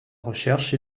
recherche